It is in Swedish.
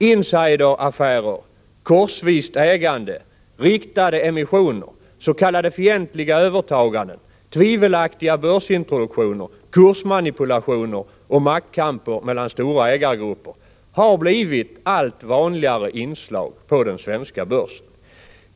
Insideraffärer, korsvist ägande, riktade emissioner, s.k. fientliga övertaganden, tvivelaktiga börsintroduktioner, kursmanipulationer och maktkamper mellan stora ägargrupper har blivit allt vanligare inslag på den svenska börsen.